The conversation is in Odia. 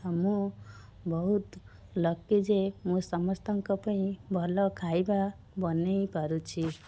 ଆଉ ମୁଁ ବହୁତ ଲକି ଯେ ମୁଁ ସମସ୍ତଙ୍କ ପାଇଁ ଭଲ ଖାଇବା ବନେଇ ପାରୁଛି